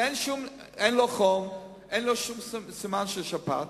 אין לו חום, אין לו שום סימן של שפעת.